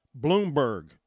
Bloomberg